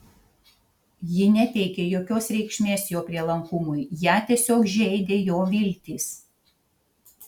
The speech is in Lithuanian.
ji neteikė jokios reikšmės jo prielankumui ją tiesiog žeidė jo viltys